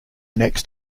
next